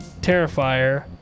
Terrifier